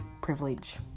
privilege